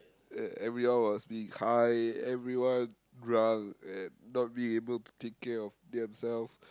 uh everyone was being high everyone drunk and not being able to take care of themselves